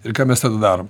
ir ką mes darom